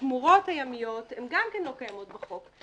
והשמורות הימיות גם כן לא קיימות בחוק.